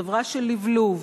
חברה של לבלוב,